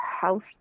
house